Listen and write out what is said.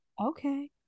okay